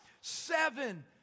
Seven